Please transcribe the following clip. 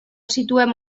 situem